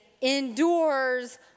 endures